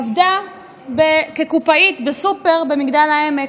עבדה כקופאית בסופר במגדל העמק,